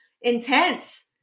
intense